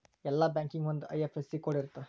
ಎಲ್ಲಾ ಬ್ಯಾಂಕಿಗೆ ಒಂದ್ ಐ.ಎಫ್.ಎಸ್.ಸಿ ಕೋಡ್ ಇರುತ್ತ